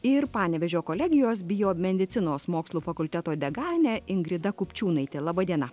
ir panevėžio kolegijos biomedicinos mokslų fakulteto deganė ingrida kupčiūnaitė laba diena